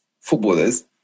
footballers